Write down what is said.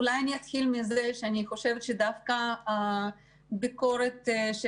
אני אתחיל מזה שאני חושבת שדווקא הביקורת של